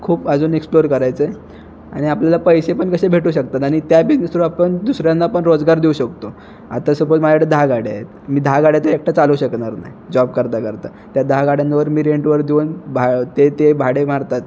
खूप अजून एक्स्पलोर करायचं आहे आणि आपल्याला पैसे पण कसे भेटू शकतात आणि त्या बिजनेस थ्रू आपण दुसऱ्यांना पण रोजगार देऊ शकतो आता सपोज माझ्याकडे दहा गाड्या आहेत मी दहा गाड्या तर एकटा चालवू शकणार नाही जॉब करता करता त्या दहा गाड्यांवर मी रेंटवर देऊन भा ते ते भाडे मारतात